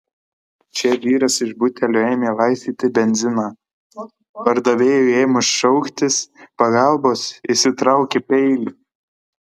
čia vyras iš butelio ėmė laistyti benziną pardavėjai ėmus šauktis pagalbos išsitraukė peilį